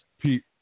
Pete